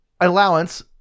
allowance